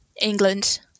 England